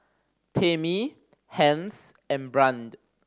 Tamie Hence and Brande